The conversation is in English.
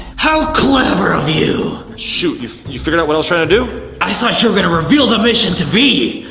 how clever of you. shoot, you you figured out what i was trying to do? i thought you were gonna reveal the mission to vy.